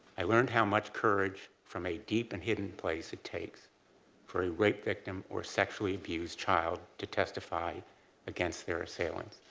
i learned how much courage from a deep and hidden place it takes for a rape victim or sexually abused child to testify against their assailant.